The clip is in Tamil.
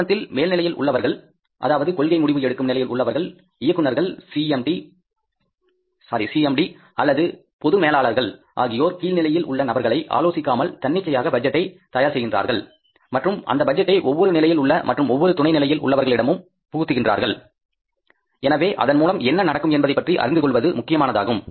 நிறுவனத்தில் மேல் நிலையில் உள்ளவர்களாக அதாவது கொள்கை முடிவு எடுக்கும் நிலையில் உள்ளவர்கள் இயக்குனர்கள் சிஎம்டி அல்லது பொது மேலாளர்கள் ஆகியோர் கீழ்நிலையில் உள்ள நபர்களை ஆலோசிக்காமல் தன்னிச்சையாக பட்ஜெட்டை தயார் செய்கின்றார்கள் மற்றும் அந்த பட்ஜெட்டை ஒவ்வொரு நிலையில் உள்ள மற்றும் ஒவ்வொரு துணை நிலையில் உள்ளவர்களிடமும் புகுத்துகிறார்கள் எனவே அதன்மூலம் என்ன நடக்கும் என்பதைப் பற்றி அறிந்து கொள்வது முக்கியமானதாகும்